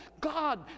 God